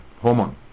hormone